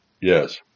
Yes